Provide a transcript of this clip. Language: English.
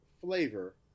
flavor